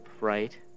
right